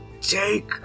Take